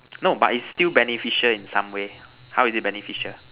no but is still beneficial in some way how is it beneficial